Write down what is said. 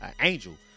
angel